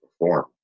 perform